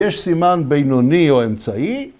‫יש סימן בינוני או אמצעי.